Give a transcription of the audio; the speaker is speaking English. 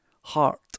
heart